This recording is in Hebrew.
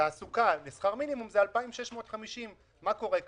תעסוקה בשכר מינימום זה 2,650. מה קורה כאן?